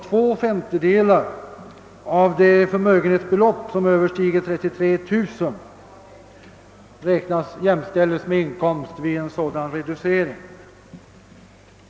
Två femtedelar av det förmögenhetsbelopp som överstiger 33 000 kronor jämställes med inkomst vid sådan reducering.